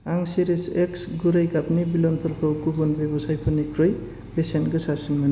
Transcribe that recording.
आं चेरिश एक्स गुरै गाबनि बेलुनफोरखौ गुबुन वेबसाइटफोरनिख्रुइ बेसेन गोसासिन मोनो